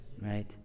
Right